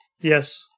yes